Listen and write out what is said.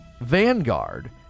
Vanguard